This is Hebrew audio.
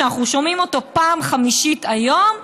שאנחנו שומעים פעם חמישית היום,